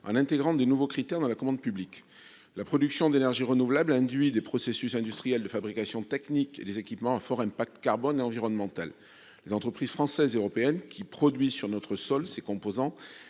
en intégrant de nouveaux critères dans la commande publique. La production d'énergies renouvelables repose sur des processus industriels de fabrication technique et des équipements à fort impact carbone et environnemental. Les entreprises françaises et européennes qui produisent sur notre sol ces composants